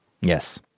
Yes